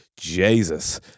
Jesus